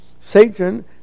Satan